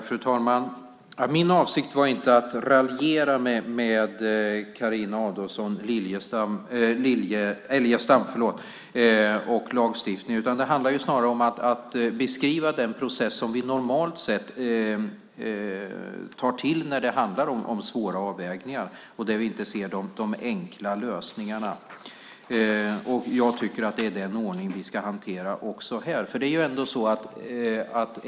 Fru talman! Min avsikt var inte att raljera över Carina Adolfsson Elgestam och lagstiftningen. Det handlade närmast om att beskriva den process som vi normalt tar till när det handlar om svåra avvägningar och vi inte kan se några enkla lösningar. Jag tycker att det är den ordningen vi ska ha också i denna fråga.